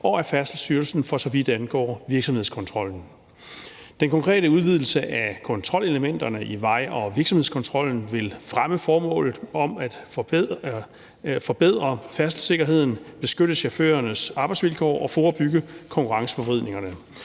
og af Færdselsstyrelsen, for så vidt angår virksomhedskontrollen. Den konkrete udvidelse af kontrolelementerne i vej- og virksomhedskontrollen vil fremme formålet om at forbedre færdselssikkerheden, beskytte chaufførernes arbejdsvilkår og forebygge konkurrenceforvridninger,